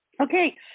Okay